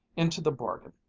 into the bargain.